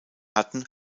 hatten